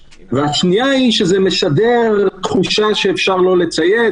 2. זה משדר תחושה שאפשר לא לציית,